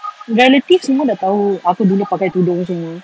relatives semua dah tahu aku dulu pakai tudung semua